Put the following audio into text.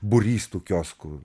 būrys tų kioskų